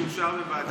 שאושר בוועדת,